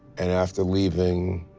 and after leaving.